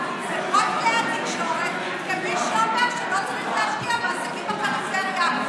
סיעה צוטטת בכל כלי התקשורת כמי שאומר שלא צריך להשקיע בעסקים בפריפריה.